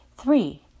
Three